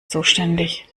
zuständig